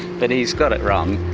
but he's got it wrong.